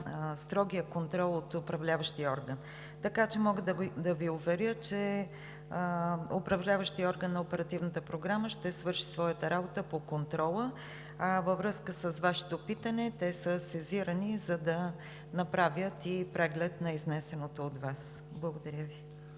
строгия контрол от управляващия орган. Мога да Ви уверя, че управляващият орган на Оперативната програма ще свърши своята работа по контрола. Във връзка с Вашето питане – те са сезирани, за да направят преглед на изнесеното от Вас. Благодаря Ви.